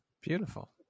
Beautiful